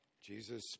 Jesus